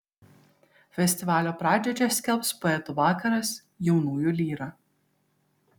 festivalio pradžią čia skelbs poetų vakaras jaunųjų lyra